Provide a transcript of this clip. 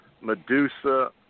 Medusa